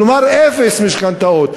כלומר אפס משכנתאות.